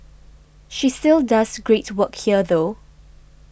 she still does great work here though